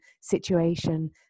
situation